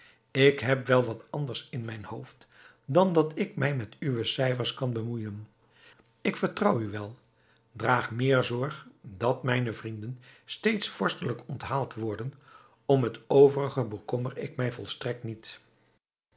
ik heb wel wat anders in mijn hoofd dan dat ik mij met uwe cijfers kan bemoeijen ik vertrouw u wel draag meer zorg dat mijne vrienden steeds vorstelijk onthaald worden om het overige bekommer ik mij volstrekt niet